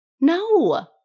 No